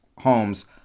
homes